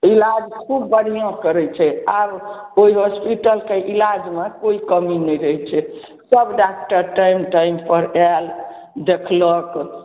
इलाज खूब बढ़िआँ करैत छै आब ओहि होस्पिटलके इलाजमे कोइ कमी नभी रहैत छै सब डाक्टर टाइम टाइम पर आएल देखलक